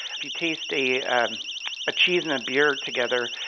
if you taste a a cheese and a beer together,